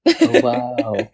Wow